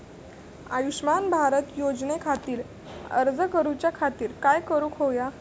आयुष्यमान भारत योजने खातिर अर्ज करूच्या खातिर काय करुक होया?